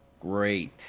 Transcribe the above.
Great